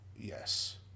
Yes